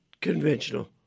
conventional